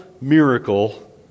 miracle